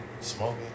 smoking